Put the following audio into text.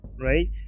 right